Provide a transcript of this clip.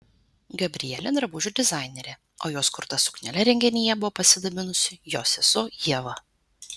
gabrielė drabužių dizainerė o jos kurta suknele renginyje buvo pasidabinusi jos sesuo ieva